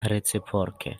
reciproke